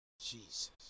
jesus